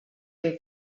que